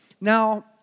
Now